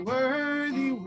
Worthy